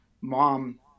mom